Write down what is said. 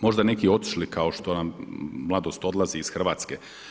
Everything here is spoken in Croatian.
Možda neki otišli kao što nam mladost odlazi iz Hrvatske.